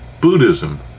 Buddhism